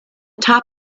top